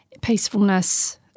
Peacefulness